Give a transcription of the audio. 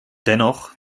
dennoch